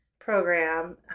program